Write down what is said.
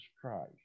Christ